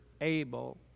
Abel